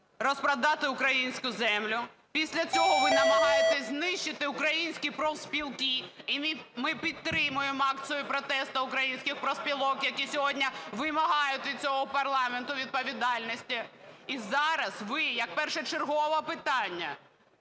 розпродати українську землю, після цього ви намагаєтесь знищити українські профспілки, і ми підтримуємо акцію протесту українських профспілок, які сьогодні вимагають від цього парламенту відповідальності, і зараз ви як першочергове питання